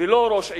ולא ראש עיר,